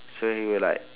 so he will like